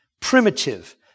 primitive